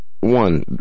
one